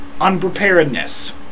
Unpreparedness